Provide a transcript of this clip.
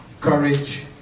courage